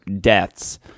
deaths